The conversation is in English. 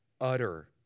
utter